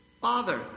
Father